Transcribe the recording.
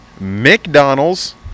McDonald's